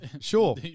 Sure